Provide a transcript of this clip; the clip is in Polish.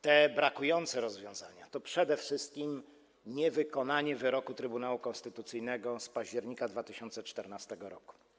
Te brakujące rozwiązania to przede wszystkim niewykonanie wyroku Trybunału Konstytucyjnego z października 2014 r.